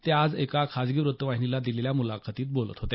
ते आज एका खासगी व्त्तवाहिनीला दिलेल्या मुलाखतीत बोलत होते